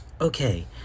Okay